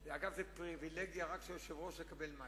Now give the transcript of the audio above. אגב, זאת פריווילגיה רק של היושב-ראש לקבל מים.